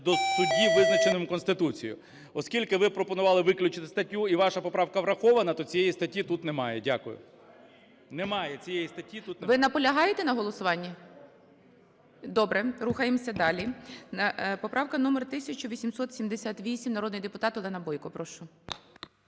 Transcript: до судді, визначеним Конституцією. Оскільки ви пропонували виключити статтю і ваша поправка врахована, то цієї статті тут немає. Дякую. Немає, цієї статті тут немає. ГОЛОВУЮЧИЙ. Ви наполягаєте на голосуванні? Добре. Рухаємося далі. Поправка номер 1878. Народний депутат Олена Бойко. Прошу.